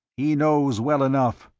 he knows well enough.